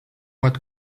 what